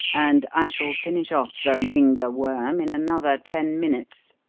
and i shall finish off the mynga worm in another ten minutes!